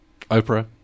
Oprah